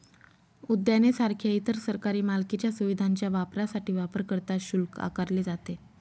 उद्याने सारख्या इतर सरकारी मालकीच्या सुविधांच्या वापरासाठी वापरकर्ता शुल्क आकारले जाते